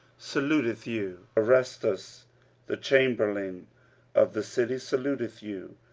saluteth you. erastus the chamberlain of the city saluteth you,